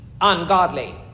ungodly